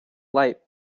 late